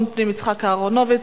5493, 5505,